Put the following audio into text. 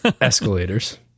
escalators